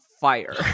fire